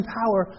power